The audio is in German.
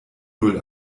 null